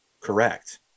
Correct